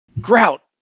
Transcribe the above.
Grout